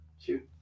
Shoot